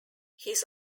his